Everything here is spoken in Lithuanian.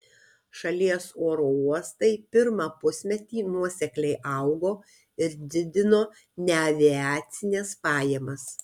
šalies oro uostai pirmą pusmetį nuosekliai augo ir didino neaviacines pajamas